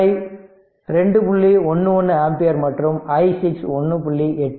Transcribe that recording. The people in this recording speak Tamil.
11 ஆம்பியர் மற்றும் i6 1